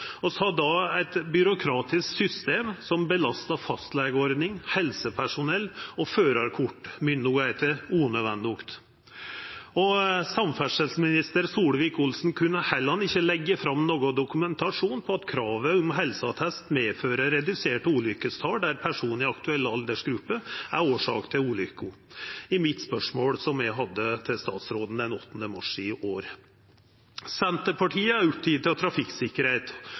eit byråkratisk system som belastar fastlegeordninga, helsepersonell og førarkortmyndigheitene unødvendig. Samferdselsminister Solvik-Olsen kunne heller ikkje leggja fram nokon dokumentasjon på at kravet om helseattest medfører reduserte ulykkestal der personar i den aktuelle aldersgruppa er årsak til ulykke, som svar på mitt spørsmål til statsråden den 8. mars i år. Senterpartiet er oppteke av trafikksikkerheit.